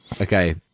Okay